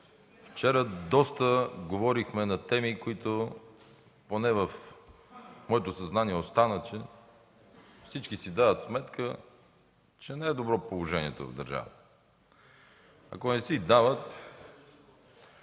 Вчера доста говорихме на теми, от които поне в моето съзнание остана, че всички си дават сметка, че не е добро положението в държавата.